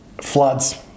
Floods